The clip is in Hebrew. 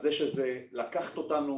העובדה שלקחת אותנו